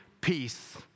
peace